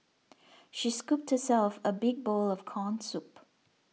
she scooped herself a big bowl of Corn Soup